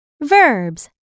Verbs